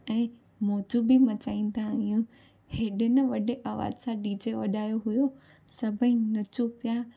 ऐं मौज बि मचाईंदा आहियूं हेॾे ना वॾे आवाज़ सां डीजे वॼायो हुओ सभई नचूं पिया